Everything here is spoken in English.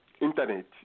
Internet